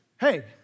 hey